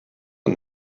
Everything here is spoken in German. und